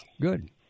Good